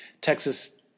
Texas